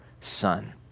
Son